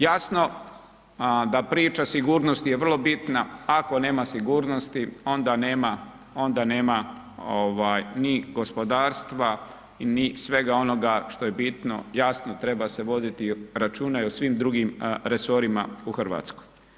Jasno da priča sigurnosti je vrlo bitna, ako nema sigurnosti onda nema, onda nema ovaj ni gospodarstva, ni svega onoga što je bitno, jasno treba se voditi računa i o svim drugim resorima u RH.